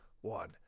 one